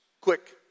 Quick